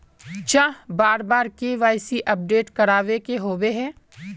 चाँह बार बार के.वाई.सी अपडेट करावे के होबे है?